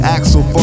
Axel